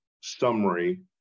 summary